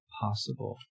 possible